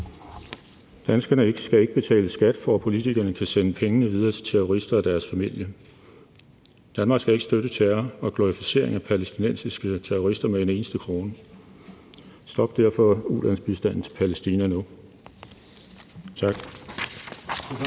Danskerne skal ikke betale skat, for at politikerne kan sende pengene videre til terrorister og deres familier. Danmark skal ikke støtte terror og glorificering af palæstinensiske terrorister med en eneste krone. Stop derfor ulandsbistanden til Palæstina nu. Tak.